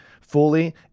fully